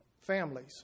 families